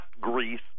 Greece